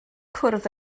cwrdd